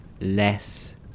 less